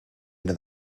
into